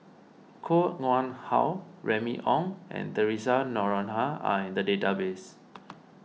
Koh Nguang How Remy Ong and theresa Noronha are in the database